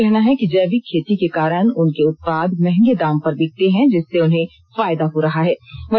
किसान का कहना है कि जैविक खेती के कारण उनके उत्पाद महँगे दाम पर बिकते हैं जिससे उन्हें फायदा हो रहा है